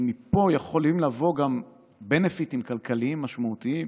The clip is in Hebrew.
כי מפה יכולים לבוא גם benefits כלכליים משמעותיים,